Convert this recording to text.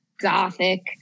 gothic